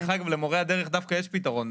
למורי הדרך יש פתרון,